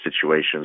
situations